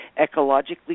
ecologically